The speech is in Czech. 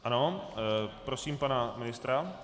Ano, prosím pana ministra.